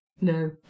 no